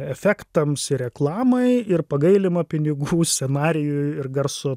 efektams ir reklamai ir pagailima pinigų scenarijui ir garso